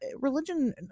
religion